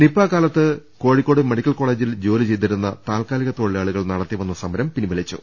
Nipah കാലത്ത് Kozhikode medical കോളേജിൽ ജോലി ചെയ്തിരുന്ന താൽക്കാലിക തൊഴിലാളികൾ നടത്തി വന്ന സമരം പിൻവലിച്ചു